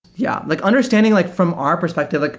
yeah. like understanding, like from our perspective,